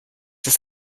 das